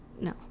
no